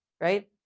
right